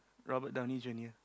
Robert-Downey-Junior